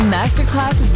Masterclass